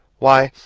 why,